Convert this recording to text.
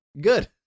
good